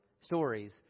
stories